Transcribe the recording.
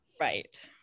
right